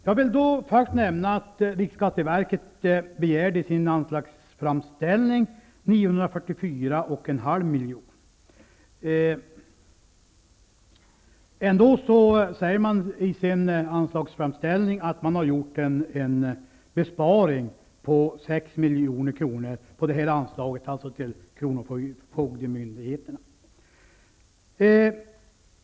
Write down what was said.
Först vill jag nämna att riksskatteverket i sin anslagsframställan begärde 944,5 milj.kr. Man säger att man har gjort en besparing på 6 milj.kr. när det gäller anslaget till kronofogdemyndigheterna.